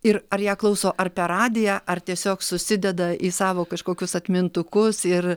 ir ar ją klauso ar per radiją ar tiesiog susideda į savo kažkokius atmintukus ir